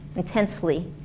intensely,